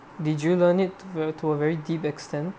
did you learn it to to a very deep extent